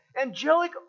angelic